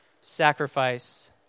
sacrifice